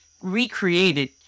recreated